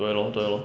对 lor 对 lor